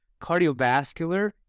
cardiovascular